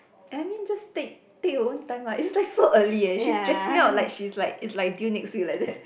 I mean just take take your own time lah it's like so early eh she's stressing out like she's like it's like due next week like that